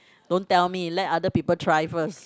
don't tell me let other people try first